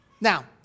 Now